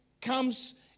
comes